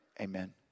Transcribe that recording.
Amen